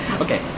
Okay